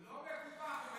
הוא לא מקופח, הוא מקפח.